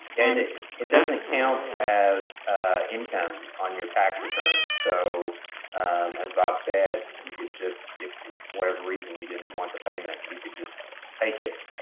and it it doesn't count as income on your tax return. so as bob said, you could just, if for whatever reason you didn't want the payment, you could just take it,